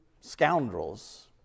scoundrels